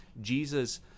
Jesus